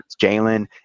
jalen